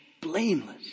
blameless